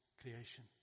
creation